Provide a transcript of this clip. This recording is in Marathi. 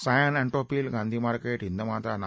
सायन अँटॉप हील गांधी मार्केट हिंदमाता ना